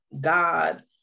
god